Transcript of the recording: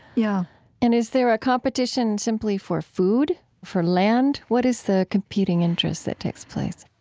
yeah and is there a competition simply for food? for land? what is the competing interest that takes place?